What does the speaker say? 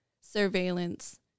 surveillance